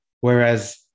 Whereas